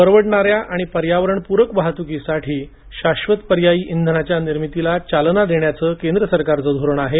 परवडणाऱ्या आणि पर्यावरण पूरक वाहतुकीसाठी शाश्वत पर्यायी इंधनांच्या निर्मितीला चालना देण्याचं केंद्र सरकार धोरण आहे